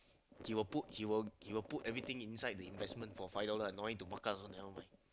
he will put he will he will put everything inside the investment for five dollars ah don't need to mark up also nevermind